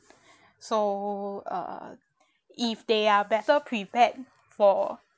so uh if they are better prepared for